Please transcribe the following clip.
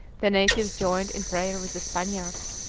the natives joined in prayer with the spaniards,